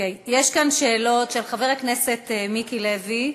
יש כאן שאלות של חבר הכנסת מיקי לוי.